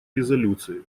резолюции